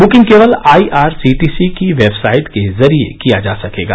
booking केवल आईआरसीटीसी की website के जरिए किया जा सकेगा